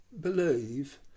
believe